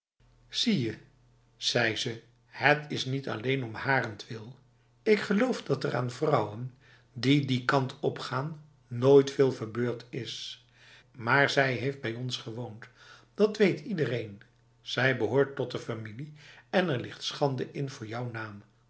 zie je zei ze het is niet alleen om harentwil ik geloof dat er aan vrouwen die die kant op gaan nooit veel verbeurd is maar zij heeft bij ons gewoond dat weet iedereen zij behoort tot de familie en er ligt schande in voor jouw naam